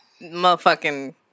motherfucking